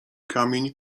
kamień